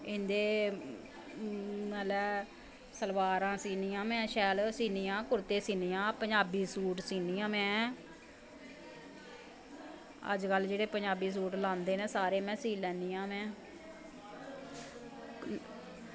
इंदे मतलब सलवारां सीह्नी आं में शैल सीह्नी कुर्ते सीह्नी आं पंजाबी सूट सीह्नी आं में अज्ज कल जेह्ड़े पंजाबी सूट लांदे न सारे में सीह् लैन्नी आं